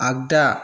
आगदा